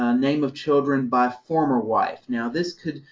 ah name of children by former wife. now this could,